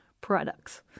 products